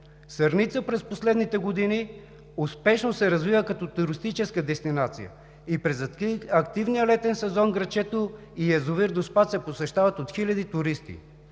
Сърница през последните години успешно се развива като туристическа дестинация и през активния летен сезон градчето и язовир Доспат се посещават от хиляди туристи.